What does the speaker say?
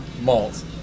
malt